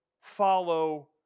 follow